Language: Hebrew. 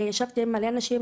ישבתי עם הרבה אנשים,